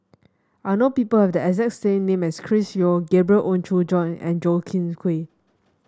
I know people who have the exact same name as Chris Yeo Gabriel Oon Chong Jin and Goh